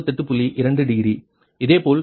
2 degree இதே போன்று capital Y22 58